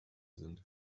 sind